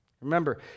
Remember